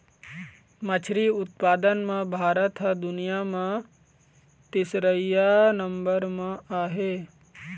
मछरी उत्पादन म भारत ह दुनिया म तीसरइया नंबर म आहे